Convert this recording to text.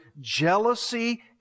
jealousy